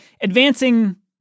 advancing